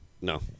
No